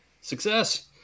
Success